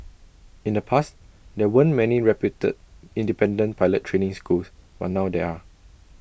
in the past there weren't many reputed independent pilot training schools but now there are